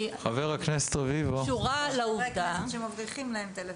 יש חברי כנסת שמבריחים להם טלפונים.